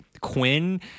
Quinn